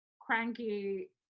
cranky